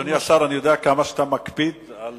אדוני השר, אני יודע כמה שאתה מקפיד על